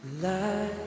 Light